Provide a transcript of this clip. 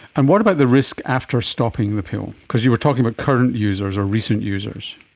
and what about the risk after stopping the pill? because you were talking about current users or recent users.